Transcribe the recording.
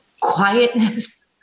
quietness